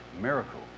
Miracle